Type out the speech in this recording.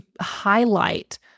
highlight